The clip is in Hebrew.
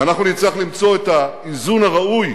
ואנחנו נצטרך למצוא את האיזון הראוי